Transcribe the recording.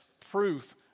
proof